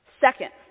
second